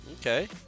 Okay